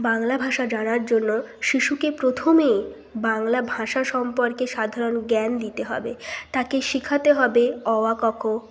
বাংলা ভাষা জানার জন্য শিশুকে প্রথমেই বাংলা ভাষা সম্পর্কে সাধারণ জ্ঞান দিতে হবে তাকে শেখাতে হবে অ আ ক খ